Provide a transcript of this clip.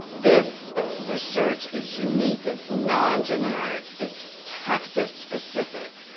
this research is unique. it's non-generic, it's texas specific,